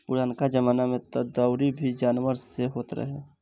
पुरनका जमाना में तअ दवरी भी जानवर से होत रहे